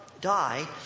die